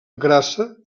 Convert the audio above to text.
grassa